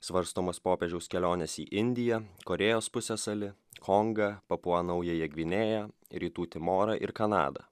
svarstomos popiežiaus kelionės į indiją korėjos pusiasalį kongą papua naująją gvinėją rytų timorą ir kanadą